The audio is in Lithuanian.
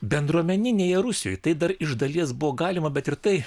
bendruomeninėje rusijoje tai dar iš dalies buvo galima bet ir tai